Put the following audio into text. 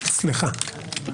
סליחה.